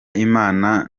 imana